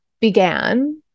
began